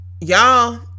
y'all